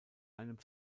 einem